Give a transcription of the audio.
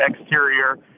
exterior